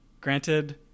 Granted